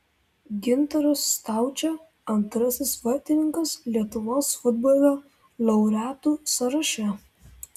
gintaras staučė antrasis vartininkas lietuvos futbolo laureatų sąraše